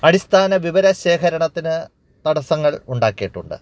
അടിസ്ഥാന വിവരശേഖരണത്തിന് തടസ്സങ്ങൾ ഉണ്ടാക്കിയിട്ടുണ്ട്